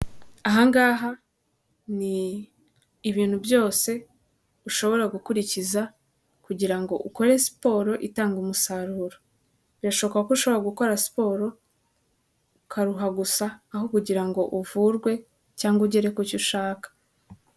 Aha ngaha ni ibintu byose ushobora gukurikiza kugira ngo ukore siporo itanga umusaruro, birashoboka ko ushobora gukora siporo ukaruha gusa aho kugira ngo uvurwe cyangwa ugere kucyo ushaka.